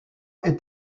est